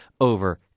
over